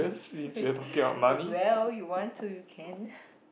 well you want to you can